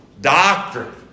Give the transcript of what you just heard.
Doctrine